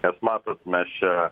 nes matot mes čia